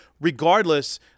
Regardless